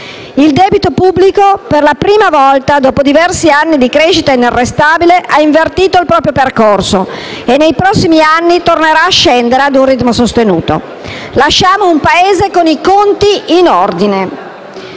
il debito pubblico, per la prima volta dopo diversi anni di crescita inarrestabile, ha invertito il proprio percorso e nei prossimi anni tornerà a scendere ad un ritmo sostenuto. Lasciamo un Paese con i conti in ordine.